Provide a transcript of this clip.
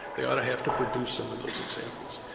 they ought to have to produce some of those examples.